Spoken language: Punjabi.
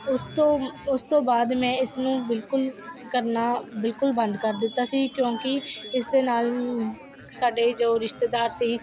ਉਸ ਤੋਂ ਉਸ ਤੋਂ ਬਾਅਦ ਮੈਂ ਇਸਨੂੰ ਬਿਲਕੁਲ ਕਰਨਾ ਬਿਲਕੁਲ ਬੰਦ ਕਰ ਦਿੱਤਾ ਸੀ ਕਿਉਂਕਿ ਇਸ ਦੇ ਨਾਲ ਸਾਡੇ ਜੋ ਰਿਸ਼ਤੇਦਾਰ ਸੀ